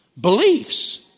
beliefs